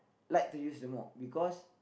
like to use the mop because